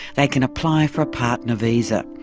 they can apply for a partner visa.